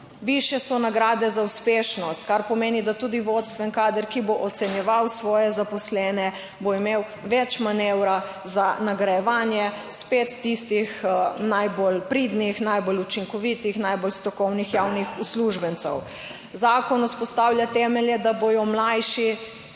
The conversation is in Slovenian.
Višje so nagrade za uspešnost, kar pomeni, da tudi vodstveni kader, ki bo ocenjeval svoje zaposlene, bo imel več manevra za nagrajevanje spet tistih najbolj pridnih, najbolj učinkovitih, najbolj strokovnih javnih uslužbencev. 7. TRAK: (SC) – 10.30 (nadaljevanje)